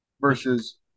Versus